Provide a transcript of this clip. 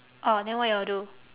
oh then what y'all do